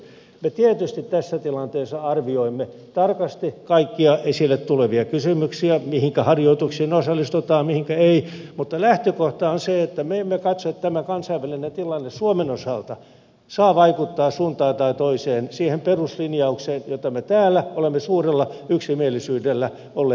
me tietysti tässä tilanteessa arvioimme tarkasti kaikkia esille tulevia kysymyksiä mihinkä harjoituksiin osallistutaan mihinkä ei mutta lähtökohta on se että me emme katso että tämä kansainvälinen tilanne suomen osalta saa vaikuttaa suuntaan tai toiseen siihen peruslinjaukseen jota me täällä olemme suurella yksimielisyydellä olleet tekemässä